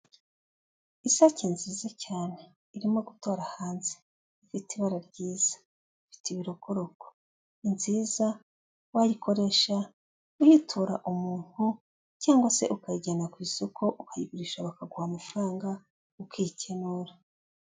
Isake nziza cyane irimo gutora hanze, ifite ibara ryiza, ifite ibirokoroko. Ni nziza wayikoresha uyitura umuntu cyangwa se ukayijyana ku isoko ukayigurisha bakaguha amafaranga ukikenura.